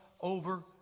over